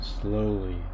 slowly